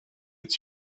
its